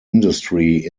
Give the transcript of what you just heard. industry